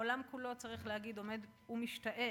העולם כולו, צריך להגיד, עומד ומשתאה,